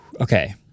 Okay